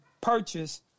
purchase